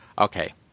Okay